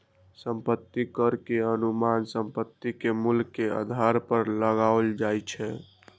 संपत्ति कर के अनुमान संपत्ति के मूल्य के आधार पर लगाओल जाइ छै